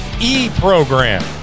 e-program